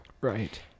Right